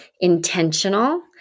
intentional